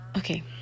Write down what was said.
Okay